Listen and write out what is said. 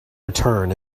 return